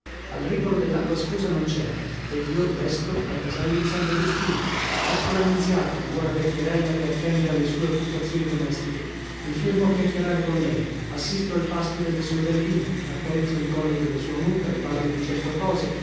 al rivolo dell'acqua ascosa non c'era ed io lesto ai casali di santa giustina ecco la nunziata la buona vecchierella che attende alle sue occupazioni domestiche mi fermo a chiacchierare con lei assisto al pasto delle sue galline accarezzo il collo della sua mucca le parlo di cento cose